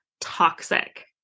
Toxic